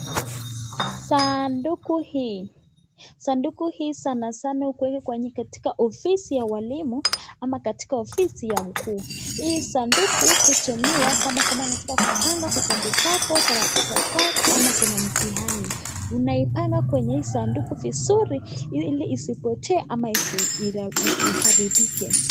Sanduku hii, sanduku hii sanasana hukuwa katika ofisi ya walimu ama katika ofisi ya mkuu. Hii sanduku hutumiwa kama unataka kupanga vitabu zako, karatasi zako ama kuna mtihani, unaipanga kwenye hii sanduku vizuri ili isipotee ama isiharibike.